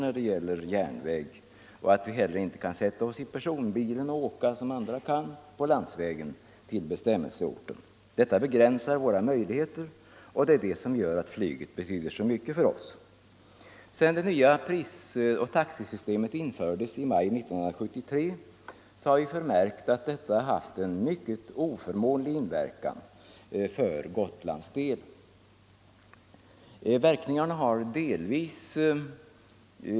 Vi har ingen järnväg och vi kan heller inte som andra sätta oss i en personbil och åka till bestämmelseorten. Detta begränsar våra möjligheter och det är det som gör att flyget betyder så mycket för oss. Sedan det nya taxesystemet infördes i maj 1973 har vi förmärkt att det verkar mycket oförmånligt för Gotlandstrafiken.